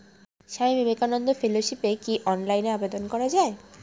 স্বামী বিবেকানন্দ ফেলোশিপে কি অনলাইনে আবেদন করা য়ায়?